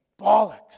Bollocks